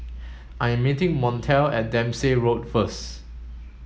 I am meeting Montel at Dempsey Road first